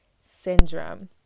syndrome